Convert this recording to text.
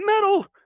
metal